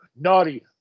naughty